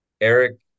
Eric